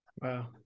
wow